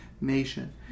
nation